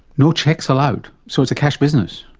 no cheques allowed? so it's a cash business?